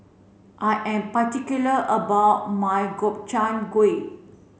I am particular about my Gobchang Gui